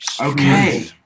Okay